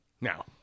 Now